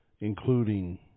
including